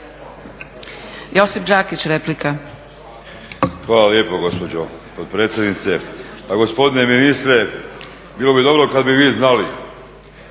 Josip (HDZ)** Hvala lijepo gospođo potpredsjednice. Pa gospodine ministre bilo bi dobro kada bi vi znali